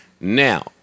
Now